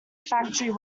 factory